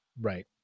Right